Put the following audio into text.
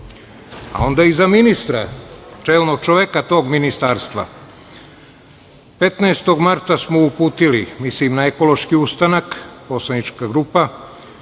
onda i za ministra, čelnog čoveka toga ministarstva, 15. marta smo uputili, mislim na Ekološki ustanak, poslanička grupa,